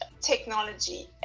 technology